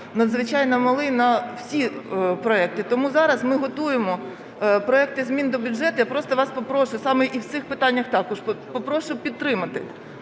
надзвичайно малий на всі проекти. Тому зараз ми готуємо проекти змін до бюджету, я просто вас попрошу, саме і в цих питаннях також, попрошу підтримати.